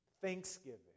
thanksgiving